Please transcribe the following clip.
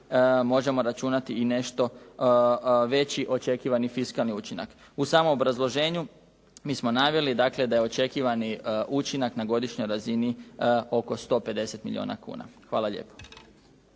možemo računati i nešto veći očekivani fiskalni učinak. U samom obrazloženju mi smo naveli dakle da je očekivani učinak na godišnjoj razini oko 150 milijuna kuna. Hvala lijepo.